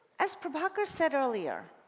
as prabhakar said earlier,